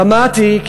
דמעתי,